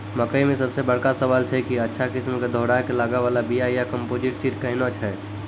मकई मे सबसे बड़का सवाल छैय कि अच्छा किस्म के दोहराय के लागे वाला बिया या कम्पोजिट सीड कैहनो छैय?